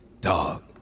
dog